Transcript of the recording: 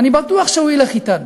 אני בטוח שהוא ילך אתנו.